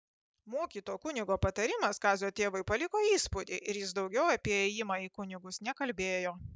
mokyto kunigo patarimas kazio tėvui paliko įspūdį ir jis daugiau apie ėjimą į kunigus nekalbėjo